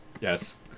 Yes